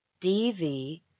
DV